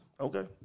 Okay